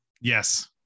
Yes